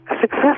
Success